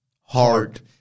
heart